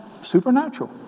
supernatural